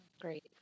Great